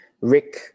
Rick